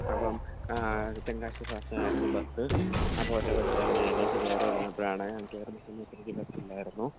അപ്പം തെങ്കാശി ഫാസ്റ്റിനായിരുന്നു ബസ്സ് അപ്പം ഒറ്റ ബസ്സ് ആയിരുന്നു ഞാൻ അതിനകത്ത് കയറിയിരുന്നപ്പഴാണ് ഞാൻ കയറുന്ന സമയത്ത്